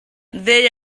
there